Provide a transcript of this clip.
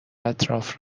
اطراف